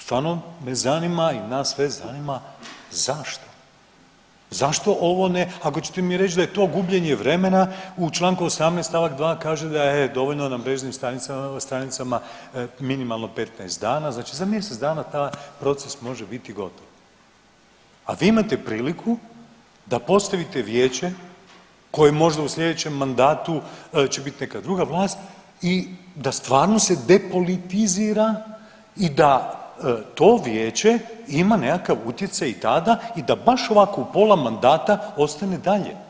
Stvarno me zanima i nas sve zanima zašto, zašto ovo ne, ako ćete mi reć da je to gubljenje vremena, u čl. 18. st. 2. kaže da je dovoljno na mrežnim stranicama minimalno 15 dana, znači za mjesec dana taj proces može biti gotov, a vi imate priliku da postavite vijeće koje možda u slijedećem mandatu će bit neka druga vlast i da stvarno se depolitizira i da to vijeće ima nekakav utjecaj i tada i da baš ovako u pola mandata ostane dalje.